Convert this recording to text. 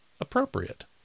appropriate